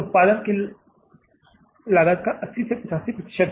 उत्पाद की लागत का 80 से 85 प्रतिशत